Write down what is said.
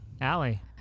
Allie